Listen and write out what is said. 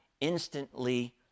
instantly